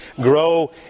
grow